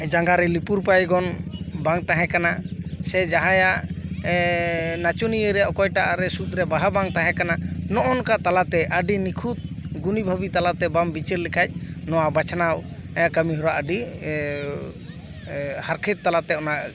ᱡᱟᱸᱜᱟ ᱨᱮ ᱞᱤᱯᱩᱨ ᱯᱟᱭᱜᱚᱱ ᱵᱟᱝ ᱛᱟᱦᱮᱸ ᱠᱟᱱᱟ ᱥᱮ ᱡᱟᱦᱟᱸᱭᱟᱜ ᱱᱟᱪᱚᱱᱤᱭᱟᱹ ᱨᱮ ᱚᱠᱚᱭᱴᱟᱜ ᱨᱮ ᱥᱩᱫ ᱨᱮ ᱵᱟᱦᱟ ᱵᱟᱝ ᱛᱟᱦᱮᱸ ᱠᱟᱱᱟ ᱱᱚᱜ ᱚᱝ ᱠᱟ ᱛᱟᱞᱟᱛᱮ ᱟᱰᱤ ᱱᱤᱠᱷᱩᱛ ᱜᱩᱱᱤ ᱵᱷᱟᱵᱤ ᱛᱟᱞᱟᱛᱮ ᱵᱟᱢ ᱵᱤᱪᱟᱹᱨ ᱞᱮᱠᱷᱟᱡ ᱱᱚᱶᱟ ᱵᱟᱪᱷᱱᱟᱣ ᱠᱟᱢᱤ ᱦᱚᱨᱟ ᱟᱹᱰᱤ ᱦᱟᱨᱠᱷᱮᱛ ᱛᱟᱞᱟᱛᱮ ᱚᱱᱟ